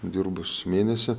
dirbus mėnesį